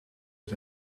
dit